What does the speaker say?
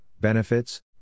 benefits